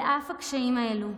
על אף קשיים אלו,